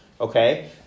okay